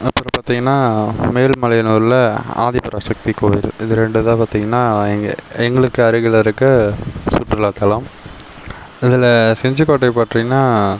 அப்புறம் பார்த்தீங்கன்னா மேல்மலையனுர்ல ஆதிபராசக்தி கோவில் இது இரண்டும் தான் பார்த்தீங்கன்னா எங்களுக்கு அருகில் இருக்க சுற்றுலா தலம் அதுல செஞ்சிக்கோட்டை பார்த்தீங்கன்னா